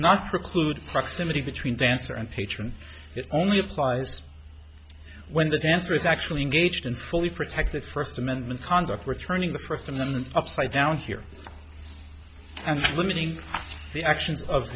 not preclude proximity between dancer and patron it only applies when the dancer is actually engaged in fully protected first amendment conduct we're turning the first amendment upside down here and limiting the actions of